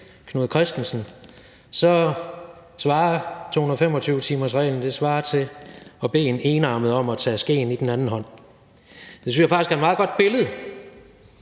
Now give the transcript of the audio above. Knud Kristensen, så svarer 225-timersreglen til at bede en enarmet om at tage skeen i den anden hånd. Det synes jeg faktisk er et meget godt billede,